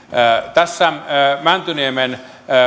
tässä mäntyniemen